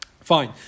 Fine